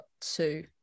two